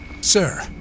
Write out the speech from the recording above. Sir